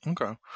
okay